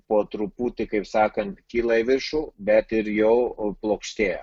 po truputį kaip sakant kyla į viršų bet ir jau plokštėja